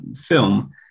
film